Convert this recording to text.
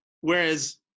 Whereas